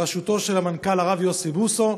בראשותו של המנכ"ל הרב יוסי בוסו.